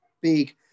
big